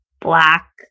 black